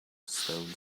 stone